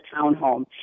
townhome